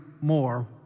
more